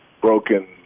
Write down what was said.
broken